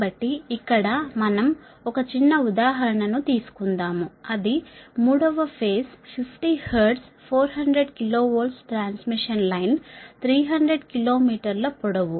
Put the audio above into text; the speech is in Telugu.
కాబట్టి ఇక్కడ మనం ఒక చిన్న ఉదాహరణను తీసుకుందాము అది 3 వ phase 50 hertz 400 kV transmission line 300 కిలో మీటర్ల పొడవు